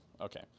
Okay